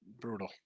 Brutal